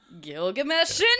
Gilgamesh